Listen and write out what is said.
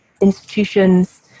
institutions